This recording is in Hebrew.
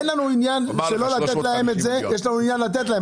אין לנו עניין שלא לתת להן את זה אלא יש לנו עניין לתת להן